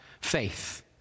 faith